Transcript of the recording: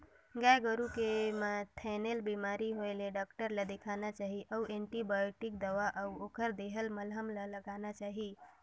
गाय गोरु के म थनैल बेमारी होय ले डॉक्टर ल देखाना चाही अउ एंटीबायोटिक दवा अउ ओखर देहल मलहम ल लगाना चाही